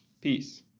Peace